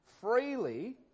freely